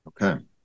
Okay